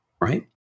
right